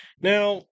Now